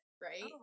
right